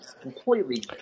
completely